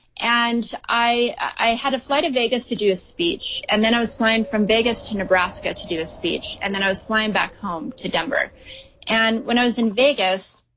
and i i had a flight to vegas to do a speech and then i was flying from vegas to nebraska to do a speech. and then i was flying back home to denver and when i was in vegas,